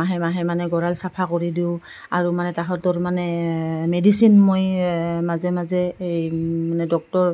মাহে মাহে মানে গঁৰাল চাফা কৰি দিওঁ আৰু মানে তাহাঁতৰ মানে মেডিচিন মই মাজে মাজে এই মানে ডক্টৰ